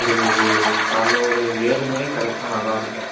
ஒரு காலையில் ஒரு ஏழு மணி கிடச்சா நல்லா இருக்கும்